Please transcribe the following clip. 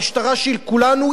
המשטרה היא של כולנו,